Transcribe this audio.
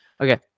Okay